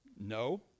no